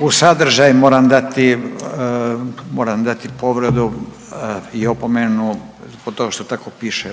u sadržaju moram dati povredu i opomenu zbog toga što tako piše